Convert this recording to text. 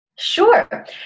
Sure